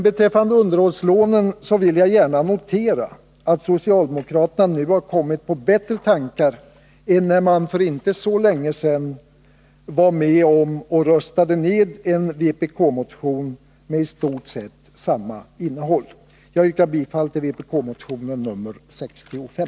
Beträffande underhållslånen vill jag gärna notera att socialdemokraterna nu har kommit på bättre tankar än när de för inte så länge sedan var med och röstade ned en vpk-motion med i stort sett samma innehåll. Jag yrkar bifall till vpk-motionen nr 65.